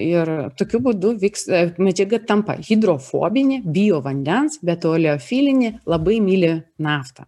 ir tokiu būdu vyks e medžiaga tampa hidrofobinė bijo vandens be to leofilinė labai myli naftą